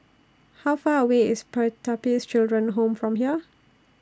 How Far away IS Pertapis Children Home from here